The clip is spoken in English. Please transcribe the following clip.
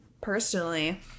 personally